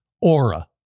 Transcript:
Aura